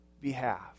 behalf